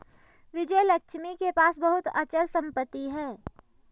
विजयलक्ष्मी के पास बहुत अचल संपत्ति है